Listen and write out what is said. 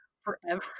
forever